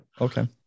Okay